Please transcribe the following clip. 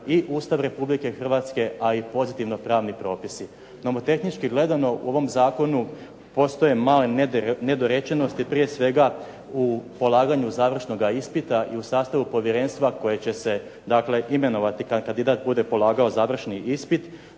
i Ustav Republike Hrvatske a i pozitivno pravni propisi. Nomotehnički gledano u ovom zakonu postoje male nedorečenosti, prije svega u polaganju završnoga ispita i u sastavu povjerenstva koje će se dakle imenovati kada kandidat bude polagao završni ispit.